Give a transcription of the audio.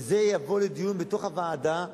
וזה יבוא לדיון בוועדה,